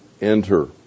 enter